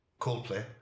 Coldplay